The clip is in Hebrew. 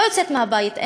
לא יוצאת מהבית.